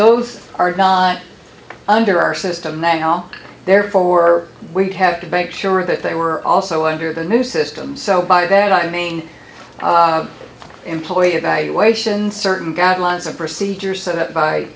those are not under our system now therefore we have to make sure that they were also under the new system so by that i mean employee evaluations certain guidelines and procedures set